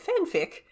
fanfic